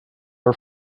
our